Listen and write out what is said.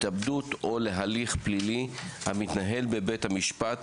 התאבדות או להליך פלילי המתנהל בבית המשפט,